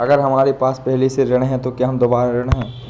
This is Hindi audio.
अगर हमारे पास पहले से ऋण है तो क्या हम दोबारा ऋण हैं?